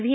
V